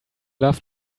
love